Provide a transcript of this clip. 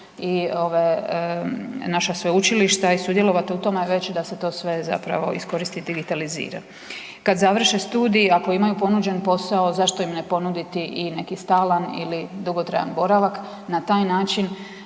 naša sveučilišta i sudjelovati u tome već da se to sve zapravo iskoristi i digitalizira. Kad završe studij, ako imaju ponuđen posao, zašto im ne ponuditi i neki stalan ili dugotrajan boravak, na taj način